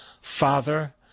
Father